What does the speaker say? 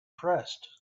pressed